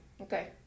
Okay